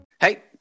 Hey